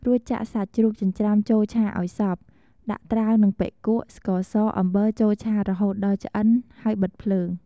រួចចាក់សាច់ជ្រូកចិញ្ច្រាំចូលឆាឱ្យសព្វ ដាក់ត្រាវនិងបុិកួៈ ស្ករស អំបិលចូលឆារហូតដល់ឆ្អិន ហើយបិទភ្លើង។